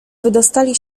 wydostali